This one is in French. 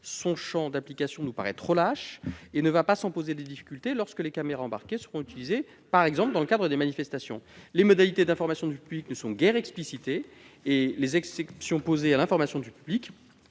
Son champ d'application est trop lâche et ne va pas sans poser de difficultés, notamment lorsque les caméras embarquées sont utilisées dans le cadre de manifestations. Les modalités d'information du public ne sont guère explicitées. Les exceptions posées à l'information du public-